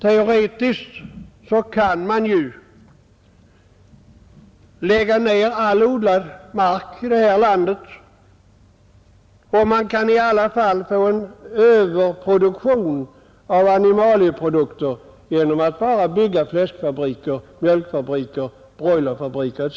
Teoretiskt kan man ju lägga ned all odlad mark i det här landet och i alla fall få en överproduktion av animalieprodukter genom att bygga fläskfabriker, mjölkfabriker, broilerfabriker etc.